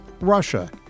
Russia